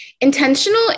Intentional